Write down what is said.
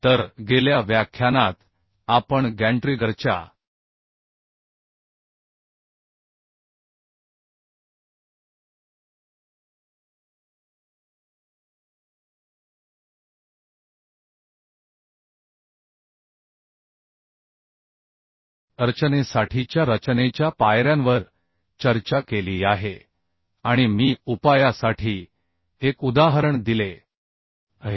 तर गेल्या व्याख्यानात आपण गॅन्ट्रिगरच्या रचनेसाठीच्या रचनेच्या पायऱ्यांवर चर्चा केली आहे आणि मी उपायासाठी एक उदाहरण दिले आहे